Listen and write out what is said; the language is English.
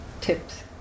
tips